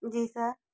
जी sir